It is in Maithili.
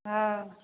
हँ